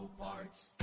Parts